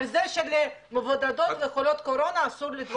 -- על זה שלמבודדות וחולות קורונה אסור לטבול במקווה.